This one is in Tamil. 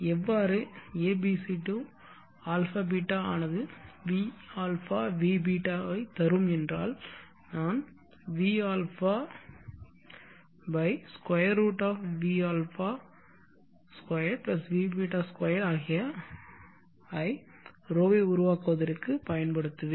எவ்வாறு abc to αß ஆனது vα vß தரும் என்றால் நான் vα by square root of vα 2 vß 2 ஐ ρ உருவாக்குவதற்கு பயன்படுத்துவேன்